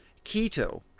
quito,